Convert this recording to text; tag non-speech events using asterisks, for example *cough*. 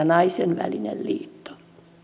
*unintelligible* naisen välinen liitto